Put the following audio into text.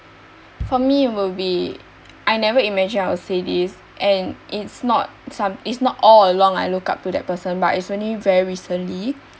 for me it will be I never imagine I will say this and it's not some it's not all along I look up to that person but it's only very recently